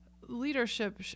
leadership